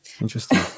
Interesting